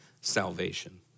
salvation